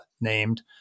named